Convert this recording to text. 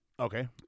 okay